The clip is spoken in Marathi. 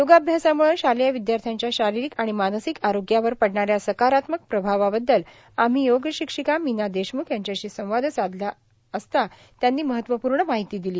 योगाभ्यासाम्ळं शालेय विद्यार्थ्याच्या शारीरिक आणि मानसिक आरोग्यावर पडणाऱ्या सकारात्मक प्रभावाबददल आम्ही योगशिक्षिका मीना देशम्ख यांच्याशी संवाद साधला असता त्यांनी महत्वपूर्ण माहिती दिली